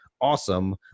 awesome